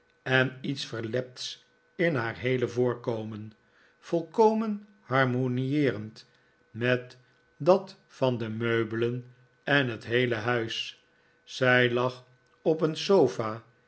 en iets verlepts in haar heele voorkomen volkomen harmonieerend met dat van de meubelen en het heele huis zij lag op een sofa